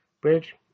bridge